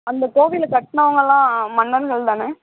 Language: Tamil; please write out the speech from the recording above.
அந்தக் கோவிலை கட்டினவங்கள்லாம் மன்னர்கள் தானே